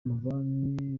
amabanki